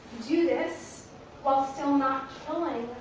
do this while still not killing,